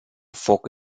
fuoco